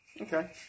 Okay